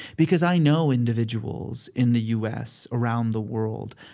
because i know individuals in the u s, around the world,